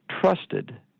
trusted